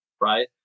right